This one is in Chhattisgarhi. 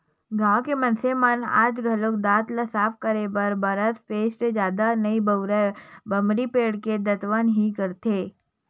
गाँव के मनसे मन आज घलोक दांत ल साफ करे बर बरस पेस्ट जादा नइ बउरय बमरी पेड़ के दतवन ही करथे